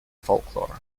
folklore